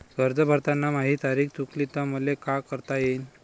कर्ज भरताना माही तारीख चुकली तर मले का करता येईन?